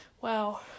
Wow